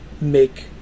make